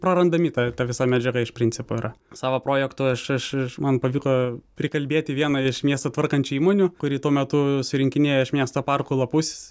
prarandami ta ta visa medžiaga iš principo yra savo projektui aš aš man pavyko prikalbėti vieną iš miestą tvarkančių įmonių kuri tuo metu surinkinėjo iš miesto parko lapus